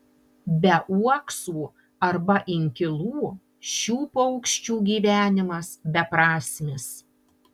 be uoksų arba inkilų šių paukščių gyvenimas beprasmis